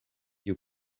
you